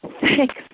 Thanks